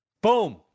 Boom